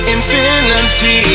Infinity